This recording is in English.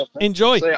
Enjoy